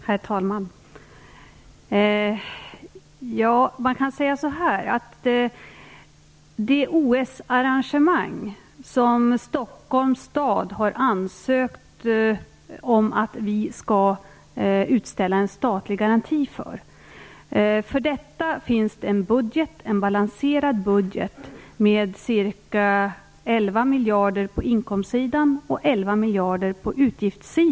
Herr talman! Det finns en balanserad budget med ca 11 miljarder på inkomstsidan och 11 miljarder på utgiftssidan för det OS-arrangemang som Stockholms stad har ansökt om att vi skall utställa en garanti för.